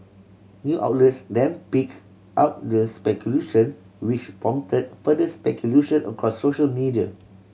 new outlets them pick up the speculation which prompted further speculation across social media